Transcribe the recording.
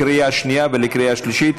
בקריאה שנייה וקריאה שלישית.